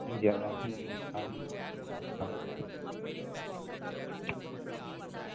भी जाना उठी कम्म